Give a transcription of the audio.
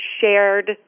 shared